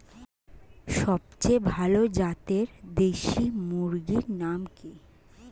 সবচেয়ে ভালো জাতের দেশি মুরগির নাম কি?